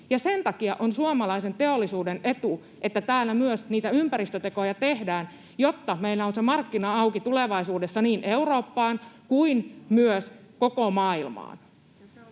sen takia on suomalaisen teollisuuden etu, että täällä myös niitä ympäristötekoja tehdään, jotta meillä on se markkina auki tulevaisuudessa niin Eurooppaan kuin myös koko maailmaan.